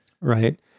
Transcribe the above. right